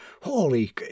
Holy